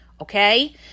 Okay